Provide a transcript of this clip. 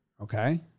Okay